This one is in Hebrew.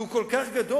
כי הוא כל כך גדול,